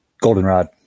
Goldenrod